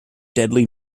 deadly